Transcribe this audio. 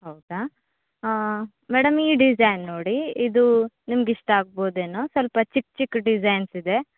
ಹೌದಾ ಮೇಡಮ್ ಈ ಡಿಸೈನ್ ನೋಡಿ ಇದು ನಿಮ್ಗೆ ಇಷ್ಟ ಆಗ್ಬೌದೇನೋ ಸ್ವಲ್ಪ ಚಿಕ್ಕ ಚಿಕ್ಕ ಡಿಸೈನ್ಸ್ ಇದೆ